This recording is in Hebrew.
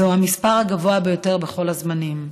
זהו המספר הגבוה ביותר בכל הזמנים.